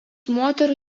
moterų